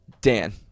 Dan